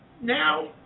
Now